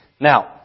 Now